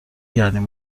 کردیم